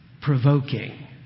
provoking